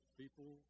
people